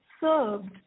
served